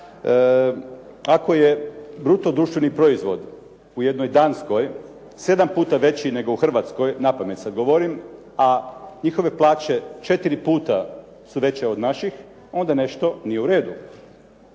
ako je bruto društveni proizvod u jednoj Danskoj 7 puta veći nego u Hrvatskoj, napamet sada govorim a njihove plaće 4 puta su veće od naših, onda nešto nije u redu.